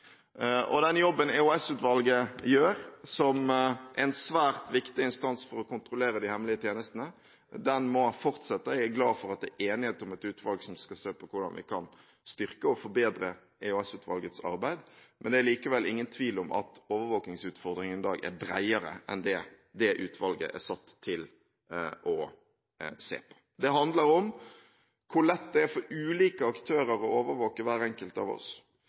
Den jobben EOS-utvalget gjør, som er en svært viktig instans for å kontrollere de hemmelige tjenestene, må fortsette. Jeg er glad for at det er enighet om et utvalg som skal se på hvordan vi kan styrke og forbedre EOS-utvalgets arbeid. Det er likevel ingen tvil om at overvåkingsutfordringene i dag er bredere enn det som det utvalget er satt til å se på. Det handler om hvor lett det er for ulike aktører å overvåke hver enkelt av oss.